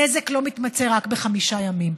הנזק לא מתמצה רק בחמישה ימים.